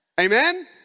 amen